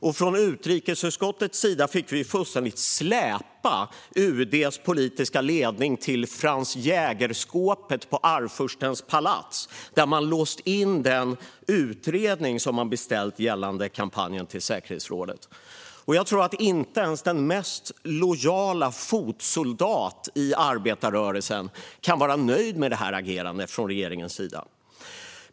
Vi i utrikesutskottet fick praktiskt taget släpa UD:s politiska ledning till Franz Jäger-skåpet i Arvfurstens palats, där man låst in den utredning om kampanjen till säkerhetsrådet som man beställt. Jag tror att inte ens den mest lojala fotsoldat i arbetarrörelsen kan vara nöjd med det agerandet från regeringens sida.